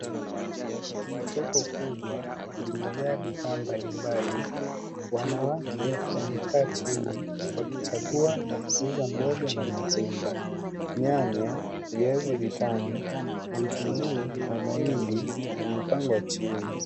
Soko kubwa limejaa bidhaa mbalimbali. Wanawake wamekaa chini wakichagua na kuuza mboga na matunda. Nyanya, viazi vitamu, vitunguu na mahidi vimepangwa chini.